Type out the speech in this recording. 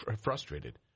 frustrated